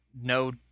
No –